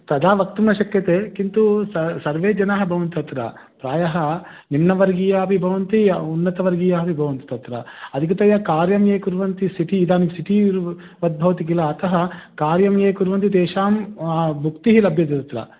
तदा वक्तुं न शक्यते किन्तु स सर्वे जनाः भवन्ति तत्र प्रायः निम्नवर्गीयापि भवन्ति उन्नतवर्गीयाः अपि भवन्ति तत्र अधिकतया कार्यं ये कुर्वन्ति सिटि इदं सिटिवद्भवति किल अतः कार्यं ये कुर्वन्ति तेषां भुक्तिः लभ्यते तत्र